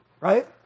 right